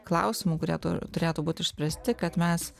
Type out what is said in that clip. klausimų kurie tu turėtų būt išspręsti kad mes